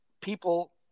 people